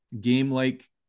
game-like